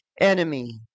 enemy